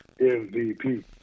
MVP